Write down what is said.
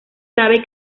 sabe